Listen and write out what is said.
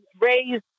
raised